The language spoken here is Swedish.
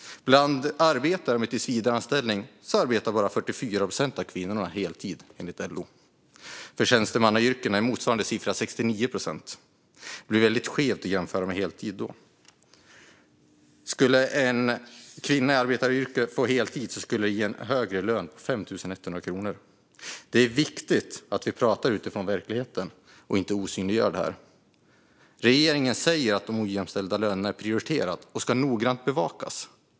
Bland arbetare med tillsvidareanställning arbetar bara 44 procent av kvinnorna heltid, enligt LO. För tjänstemannayrkena är motsvarande siffra 69 procent. Det blir då väldigt skevt att jämföra med heltid. Skulle en kvinna i ett arbetaryrke få heltid skulle det ge en högre lön med 5 100 kronor. Det är viktigt att vi pratar utifrån verkligheten och inte osynliggör detta. Regeringen säger att de ojämställda lönerna är prioriterade och ska bevakas noggrant.